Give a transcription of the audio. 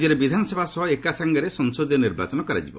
ରାଜ୍ୟରେ ବିଧନାସଭା ସହ ଏକା ସାଙ୍ଗରେ ସଂସଦୀୟ ନିର୍ବାଚନ କରାଯିବ